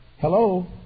Hello